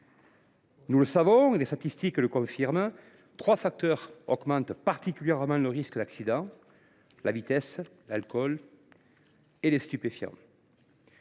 Nous savons – les statistiques le confirment – que trois facteurs augmentent particulièrement le risque d’accident : la vitesse, l’alcool et les stupéfiants.